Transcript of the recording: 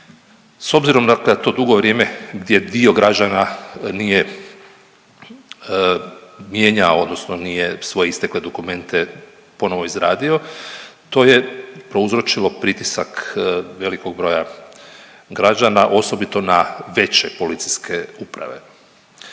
S obzirom na to dugo vrijeme gdje dio građana nije mijenjao odnosno nije svoje istekle dokumente ponovo izradio, to je prouzročilo pritisak velikog broja građana, osobito na veće policijske uprave.